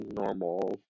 normal